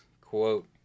quote